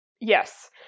Yes